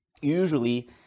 Usually